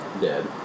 dead